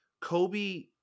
Kobe